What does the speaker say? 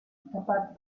bat